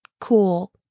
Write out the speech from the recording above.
Cool